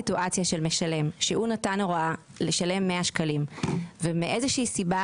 בסיטואציה שהמשלם נתן הוראה לשלם 100 שקלים ומאיזושהי סיבה